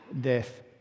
death